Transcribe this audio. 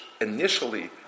initially